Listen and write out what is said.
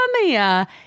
Mia